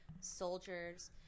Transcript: soldiers